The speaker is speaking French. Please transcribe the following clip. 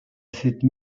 cette